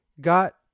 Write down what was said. got